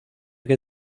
que